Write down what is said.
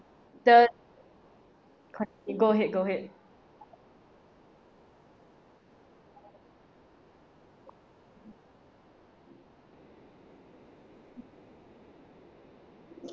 the con~ you go ahead go ahead